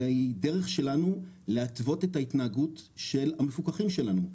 אלא היא דרך שלנו להתוות את ההתנהגות של המפוקחים שלנו.